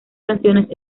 canciones